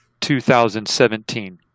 2017